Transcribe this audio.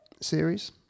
series